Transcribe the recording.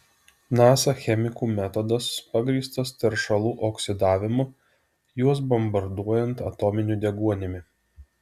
nasa chemikų metodas pagrįstas teršalų oksidavimu juos bombarduojant atominiu deguonimi